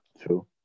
True